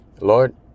Lord